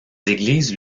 églises